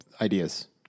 ideas